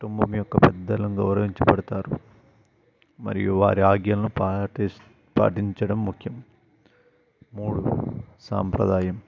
కుటుంబం యొక్క పెద్దలను గౌరవించబడతారు మరియు వారి ఆజ్ఞను పాటి పాటించడం ముఖ్యం మూడు సంప్రదాయం